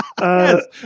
Yes